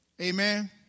Amen